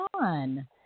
on